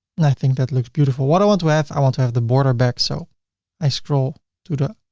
and i think that looks beautiful. what i want to have? i want to have the border back. so i scroll to the